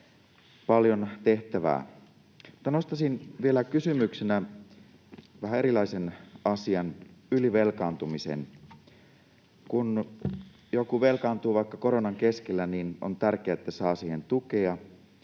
paljon tehtävää. Nostaisin vielä kysymyksenä vähän erilaisen asian, ylivelkaantumisen. Kun joku velkaantuu vaikka koronan keskellä, on tärkeää, että saa siihen tukea,